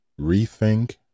rethink